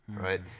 Right